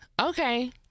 Okay